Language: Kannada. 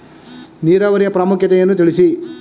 ನೀರಾವರಿಯ ಪ್ರಾಮುಖ್ಯತೆ ಯನ್ನು ತಿಳಿಸಿ?